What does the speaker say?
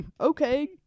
okay